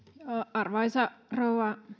arvoisa rouva